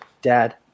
Dad